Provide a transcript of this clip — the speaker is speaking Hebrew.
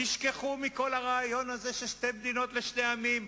תשכחו מכל הרעיון הזה של שתי מדינות לשני עמים,